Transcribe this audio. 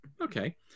Okay